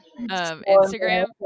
Instagram